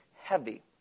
heavy